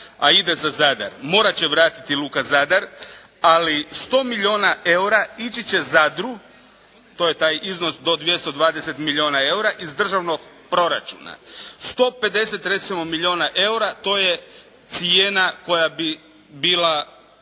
a ide za Zadar morat će vratiti luka Zadar ali 100 milijuna eura ići će Zadru, to je taj iznos do 220 milijuna eura iz državnog proračuna. 150 recimo milijuna eura to je cijena koja bi bila